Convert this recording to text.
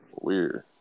Weird